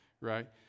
right